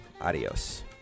adios